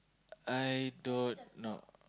I don't know